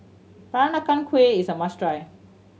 Peranakan Kueh is a must try